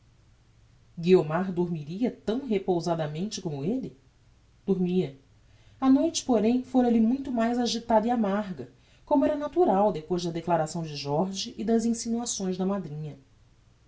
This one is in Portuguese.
guiomar dormiria tão repousadamente como elle dormia a noite porém fora-lhe muito mais agitada e amarga como era natural depois da declaração de jorge e das insinuações da madrinha